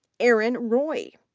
erin roy.